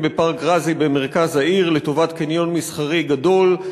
בפארק גאזי במרכז העיר לטובת קניון מסחרי גדול.